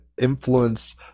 influence